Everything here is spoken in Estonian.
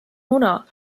muna